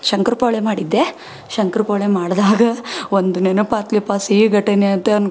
ಶಂಕರ್ ಪೋಳೆ ಮಾಡಿದ್ದೆ ಶಂಕರ್ ಪೋಳೆ ಮಾಡಿದಾಗ ಒಂದು ನೆನಪಾತ್ಲೆಪ್ಪ ಸಿಹಿ ಘಟನೆ ಅಂತೆ ಅಂದ್ಕೊ